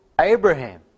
Abraham